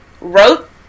wrote